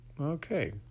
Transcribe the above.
Okay